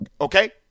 Okay